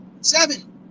Seven